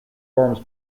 forms